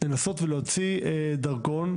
לנסות להוציא דרכון,